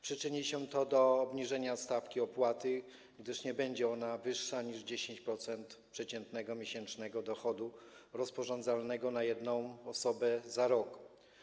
Przyczyni się to do obniżenia stawki opłaty - nie będzie ona wyższa niż 10% przeciętnego miesięcznego dochodu rozporządzalnego na jedną osobę za rok.